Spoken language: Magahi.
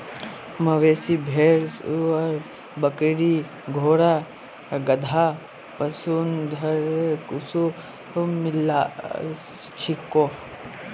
मवेशी, भेड़, सूअर, बकरी, घोड़ा, गधा, पशुधनेर कुछु मिसाल छीको